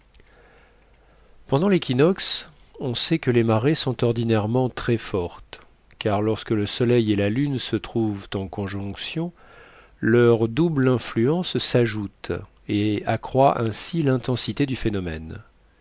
pendant l'équinoxe on sait que les marées sont ordinairement très fortes car lorsque le soleil et la lune se trouvent en conjonction leur double influence s'ajoute et accroît ainsi l'intensité du phénomène